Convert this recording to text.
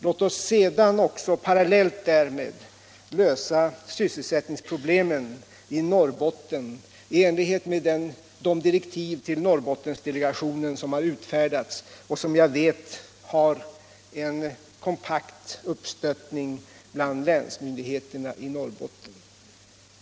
Låt oss sedan också, parallellt därmed, lösa sysselsättningsproblemet i Norrbotten i enlighet med de direktiv till Norrbottensdelegationen som har utfärdats och som jag vet har en kompakt uppstöttning bland länsmyndigheterna i Norrbotten.